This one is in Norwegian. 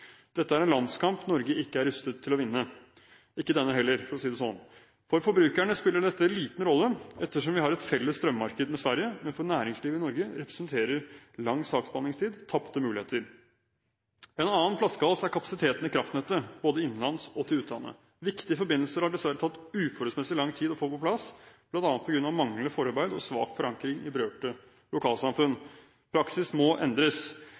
Dette er en landskamp Norge ikke er rustet til å vinne – ikke denne heller, for å si det sånn. For forbrukerne spiller dette liten rolle, ettersom vi har et felles strømmarked med Sverige, men for næringslivet i Norge representerer lang saksbehandlingstid tapte muligheter. En annen flaskehals er kapasiteten i kraftnettet, både innenlands og til utlandet. Viktige forbindelser har det dessverre tatt uforholdsmessig lang tid å få på plass, bl.a. på grunn av manglende forarbeid og svak forankring i berørte lokalsamfunn. Praksis må endres.